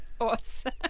awesome